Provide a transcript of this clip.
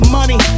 money